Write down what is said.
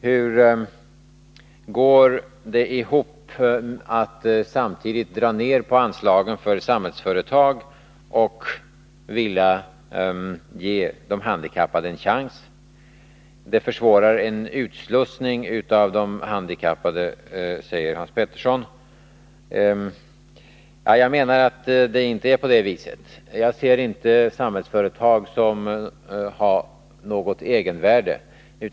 Hur går det ihop att samtidigt dra ned anslagen till Samhällsföretag och vilja ge de handikappade en chans? Det försvårar en utslussning av de handikappade, säger Hans Petersson. Jag anser att det inte är så. Jag ser inte Samhällsföretag som något egenvärde.